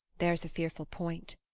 there's a fearful point!